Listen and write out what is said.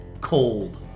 cold